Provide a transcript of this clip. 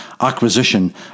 Acquisition